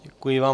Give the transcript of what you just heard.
Děkuji vám.